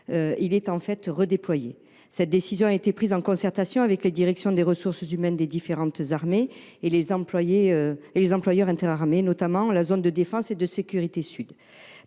postes, redéployé. Cette décision a été prise en concertation avec les directions des ressources humaines des différentes armées et les employeurs interarmées, notamment la zone de défense et de sécurité sud.